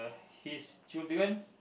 his children